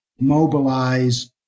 mobilize